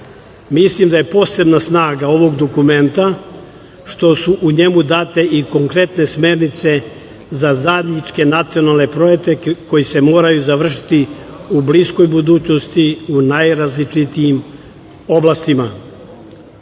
bio. Mislim da je posebna snaga ovog dokumenta što su u njemu date i konkretne smernice za zajedničke nacionalne projekte koji se moraju završiti u bliskoj budućnosti u najrazličitijim oblastima.